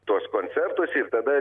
tuos koncertus ir tada